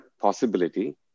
possibility